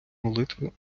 молитви